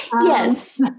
Yes